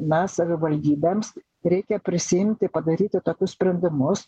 mes savivaldybėms reikia prisiimti padaryti tokius sprendimus